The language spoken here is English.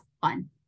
fun